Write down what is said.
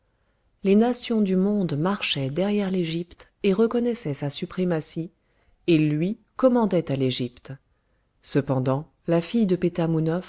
les nations du monde marchaient derrière l'égypte et reconnaissaient sa suprématie et lui commandait à l'égypte cependant la fille de